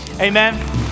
Amen